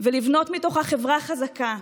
ולבנות מתוכה חברה חזקה,